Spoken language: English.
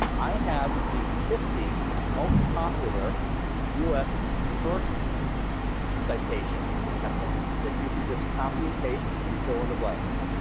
i have the fifty most popular us source citation templates, that you can just copy and paste and fill in the blanks.